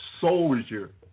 soldier